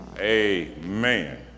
Amen